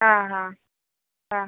ആ ആ ആ